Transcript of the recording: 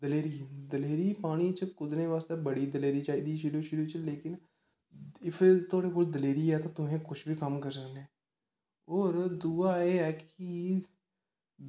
दलेरी दलेरी पानी च कूद्दने बास्तै बड़ी दलेरी चाहिदी शुरू शुरू च लेकिन इफ थोआढ़े कोल दलेरी ऐ ते तुस कुछ बी करी सकनें होर दूआ एह् ऐ कि